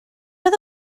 oedd